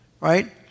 Right